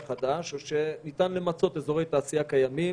חדש או שניתן למצות אזורי תעשייה קיימים,